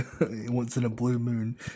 Once-in-a-blue-moon